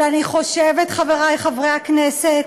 אבל אני חושבת, חברי חברי הכנסת,